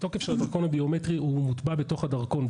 התוקף של הדרכון הביומטרי מוטבע בתוך הדרכון,